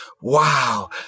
wow